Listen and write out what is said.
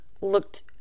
looked